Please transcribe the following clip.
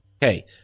Hey